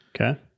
Okay